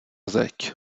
zeď